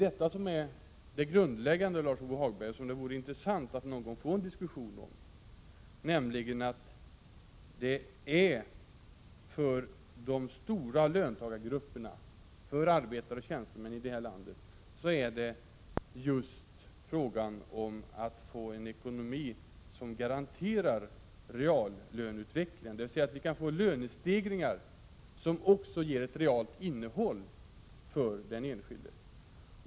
Detta är det grundläggande, som det vore intressant att någon gång få en diskussion om: För de stora löntagargrupperna, för arbetare och tjänstemän i det här landet, är det just frågan om att få en ekonomi som garanterar en reallöneutveckling, dvs. att vi kan få lönestegringar som också har ett reellt innehåll för den enskilde.